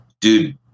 dude